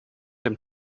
dem